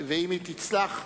ואם היא תצלח,